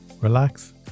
relax